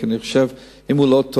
כי אני חושב שאם הוא לא טוב,